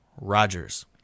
Rogers